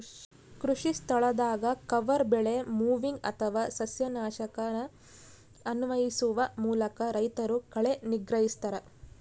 ಕೃಷಿಸ್ಥಳದಾಗ ಕವರ್ ಬೆಳೆ ಮೊವಿಂಗ್ ಅಥವಾ ಸಸ್ಯನಾಶಕನ ಅನ್ವಯಿಸುವ ಮೂಲಕ ರೈತರು ಕಳೆ ನಿಗ್ರಹಿಸ್ತರ